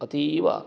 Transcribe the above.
अतीव